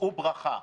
שאו ברכה.